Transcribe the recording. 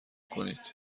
کنید